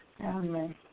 Amen